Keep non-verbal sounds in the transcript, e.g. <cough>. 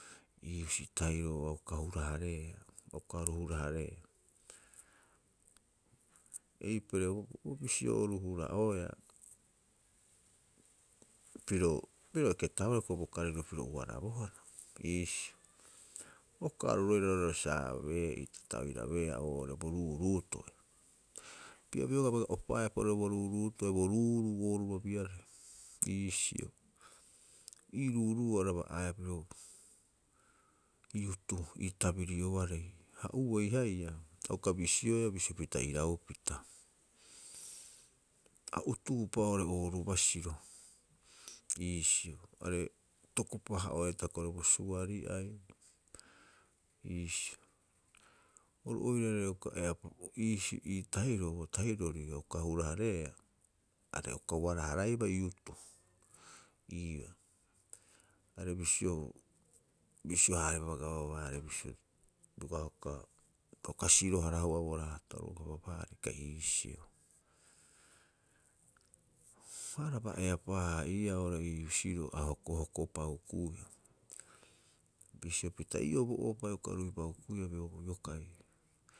Ii husitahio a uka hura- hareea, a uka oru hara- hareea. Eipare bisio oru hura'oea, piro, piro eketabohara hioko'i bo kariro piro ubarabohara iisio. Uka oru roira roo'ore saabee'ita ta oirabeea oo'ore bo ruuruuto'e. Opii'a bioga biru opaepa oiraba bo ruuruuto'e, bo ruuruu'u ooruabiarei iisio. Ii ruuru'uo araba'aeaa piro youth ii tabirioarei, ha uei haia, a uka bisioea bisio pita iraupita. A utuhupa oo'ore ooru basiro iisio, are itokopa- haa'oeaa hitaka oo'ore bo suri'ai iisio. Oru oira <hesitation> iisii ii tahiroo bo tahirori ia uka hura- hareea, are uka ubara- haraibaa youth ii'oo. Are bisio bisio- haarebaa gavamant bisio, bioga uka, ta uka siro- harahua bo raata'oro gavamant kai iisio. Eiparaba eapaa- haa'iiaa oo'ore ii husiroo a hokohoko'upa hukuia. Bisio pita ii'oo bo ohopa hioko'i a rui'opa hukuia bioga iokai.